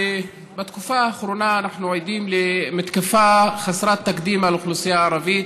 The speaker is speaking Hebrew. בתקופה האחרונה אנחנו עדים למתקפה חסרת תקדים על האוכלוסייה הערבית,